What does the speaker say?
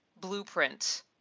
blueprint